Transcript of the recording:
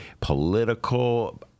political